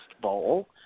bowl